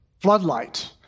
floodlight